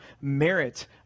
merit